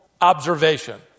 observation